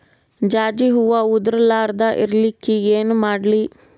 ಜಾಜಿ ಹೂವ ಉದರ್ ಲಾರದ ಇರಲಿಕ್ಕಿ ಏನ ಮಾಡ್ಲಿ?